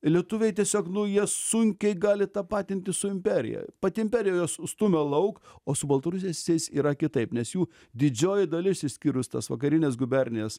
lietuviai tiesiog nu jie sunkiai gali tapatintis su imperija pati imperija juos stumia lauk o su baltarusiai siais yra kitaip nes jų didžioji dalis išskyrus tas vakarines gubernijas